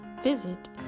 visit